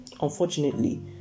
Unfortunately